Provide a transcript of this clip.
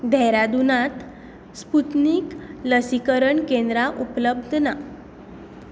देहरादूनात Sputnik लसीकरण केंद्रां उपलब्ध ना